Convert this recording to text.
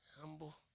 humble